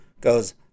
goes